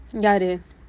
யாரு:yaaru